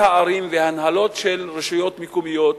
הערים וההנהלות של רשויות מקומיות שאומרים: